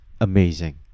amazing